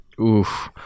oof